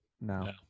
No